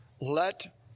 let